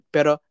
Pero